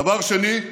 דבר שני,